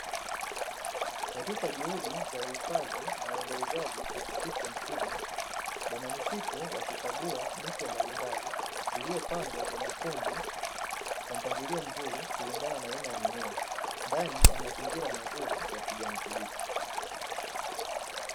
Katika juhudi za uhifadhi na uendelezaji wa misitu nchini, bwana misitu wakikagua miche mbalimbali iliyopangwa kwa makundi kwa mpangilio mzuri kulingana aina ya mimea ndani ya mazingira mazuri ya kijani kibichi.